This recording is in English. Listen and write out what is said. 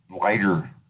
lighter